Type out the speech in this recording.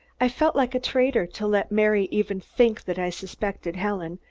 i felt like a traitor to let mary even think that i suspected helen,